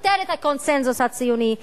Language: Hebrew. הסותר את הקונסנזוס הציוני,